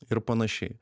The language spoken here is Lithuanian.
ir panašiai